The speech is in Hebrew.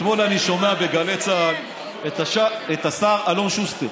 אתמול אני שומע בגלי צה"ל את השר אלון שוסטר.